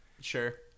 Sure